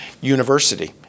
university